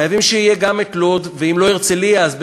חייבים שיהיה גם לוד, ואם לא הרצליה, אז במקום,